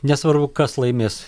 nesvarbu kas laimės